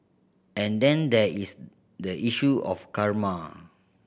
and then there is the issue of karma